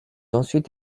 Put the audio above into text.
ensuite